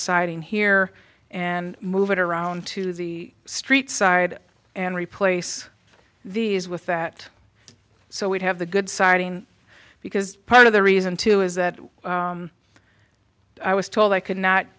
siding here and move it around to the street side and replace these with that so we'd have the good siding because part of the reason too is that i was told i could not